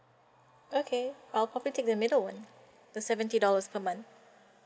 okay I'll probably take the middle one the seventy dollars per month